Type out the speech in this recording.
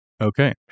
Okay